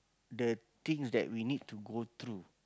the things that we need to go through